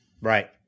Right